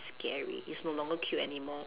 scary it's not longer cute anymore